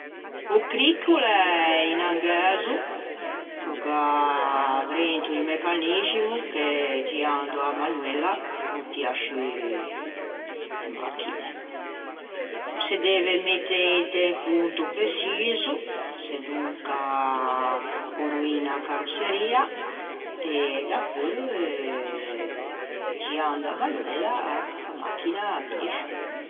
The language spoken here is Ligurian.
O cricco o l'é un angæzo ch'o gh'à drento un mecaniximo che giando a manoela o tia sciù e machine. O se deve mette inte un ponto preçiso sedonca o roiña a carrosseria e dapeu giando a manoela a machina a vëgne sciù.